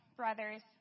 brothers